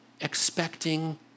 expecting